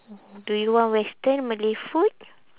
do you want western malay food